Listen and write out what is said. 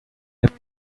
have